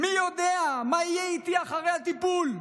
מי יודע מה יהיה איתי אחרי הטיפול?